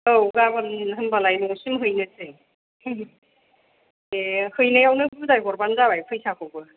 औ गाबोन होमबालाय न'सिम हैनोसै दे हैनायाव बुजाय हरबानो जाबाय फैसाखौबो